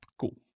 Cool